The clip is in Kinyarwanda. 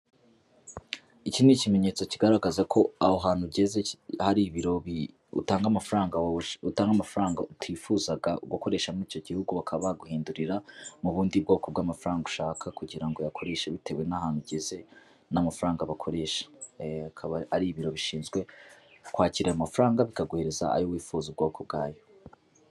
Iki ni ikimenyetso kigaragaza ko aho hantu ugeze hari ibiro utanga amafaranga utifuzaga gukoresha muri icyo gihugu bakabaguhindurira mu bundi bwoko bw'amafaranga ushaka kugira uyakoreshe bitewe n'ahantu ugeze, n'amafaranga bakoresha akaba ari ibiro bishinzwe kwakira aya mafaranga bikaguhereza ayo wifuza ubwoko bwayo.